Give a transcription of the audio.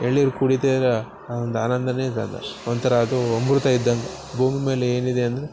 ಎಳ್ನೀರು ಕುಡಿತಾ ಇದ್ರೆ ಅದು ಒಂದು ಆನಂದವೇ ಇದಲ್ಲ ಒಂಥರ ಅದೂ ಅಮೃತ ಇದ್ದಂಗೆ ಭೂಮಿ ಮೇಲೆ ಏನಿದೆ ಅಂದರೆ